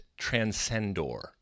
transcendor